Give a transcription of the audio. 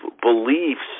beliefs